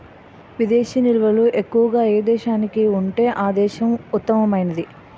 విదేశీ నిల్వలు ఎక్కువగా ఏ దేశానికి ఉంటే ఆ దేశం ఉత్తమమైనది